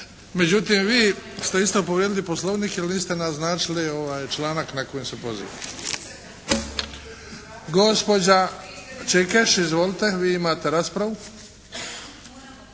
Međutim, vi ste isto povrijedili Poslovnik jer niste naznačili članak na koji se pozivate. Gospođa Čikeš. Izvolite! Vi imate raspravu.